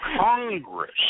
Congress